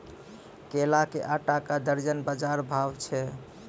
केला के आटा का दर्जन बाजार भाव छ?